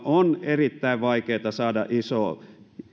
on erittäin vaikeata saada isoa